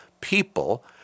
people